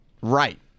right